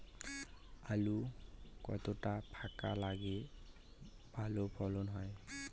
আলু কতটা ফাঁকা লাগে ভালো ফলন হয়?